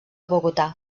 bogotà